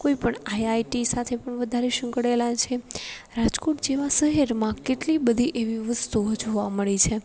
કોઈપણ આઇઆઇટીસાથે પણ વધારે સંકડાયેલા છે રાજકોટ જેવા શહેરમાં કેટલી બધી એવી વસ્તુઓ જોવા મળી છે